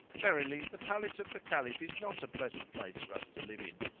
verily the palace of the caliph is not a pleasant place for us to live in,